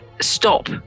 stop